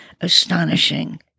astonishing